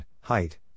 height